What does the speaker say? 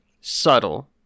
subtle